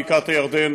בקעת הירדן,